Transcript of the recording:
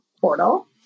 portal